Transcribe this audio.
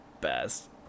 best